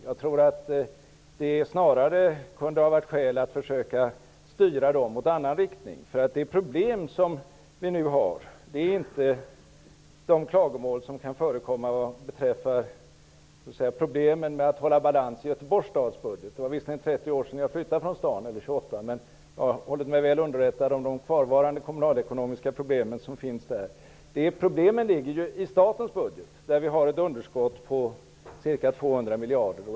Jag tror att det snarare kunde ha varit skäl att försöka styra dem i annan riktning. De problem som vi nu har är inte de klagomål som kan förekomma vad beträffar att uppnå balans i Göteborgs stads budget. Det är visserligen 28 år sedan jag flyttade från Göteborg, men jag har hållit mig väl underrättad om de kvarvarande kommunalekonomiska problemen. Problemen ligger ju i statens budget, där vi har ett budgetunderskott på ca 200 miljarder kronor.